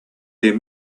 their